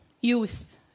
youth